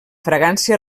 fragància